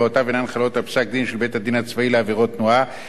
בית-הדין הצבאי לעבירות תנועה ועל פסק-דין של בית-משפט